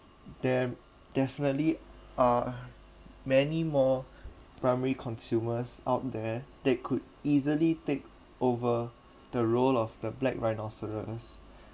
there definitely are many more primary consumers out there that could easily take over the role of the black rhinoceros